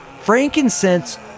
Frankincense